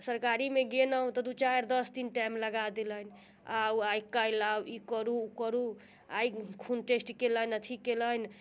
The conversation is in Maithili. सरकारीमे गेलहुँ तऽ दू चारि दश दिन टाइम लगा देलनि आउ काल्हि आउ ई करू ओ करू आइ खून टेस्ट कयलनि अथी कयलनि